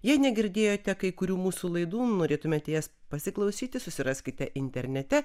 jei negirdėjote kai kurių mūsų laidų norėtumėte jas pasiklausyti susiraskite internete